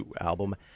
album